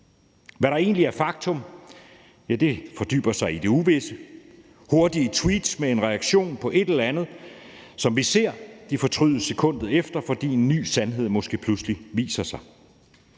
Hvad der egentlig er faktum, ja, det fortaber sig i det uvisse. Hurtige tweets med en reaktion på et eller andet, som vi ser, fortrydes sekundet efter, fordi en ny sandhed måske pludselig viser sig.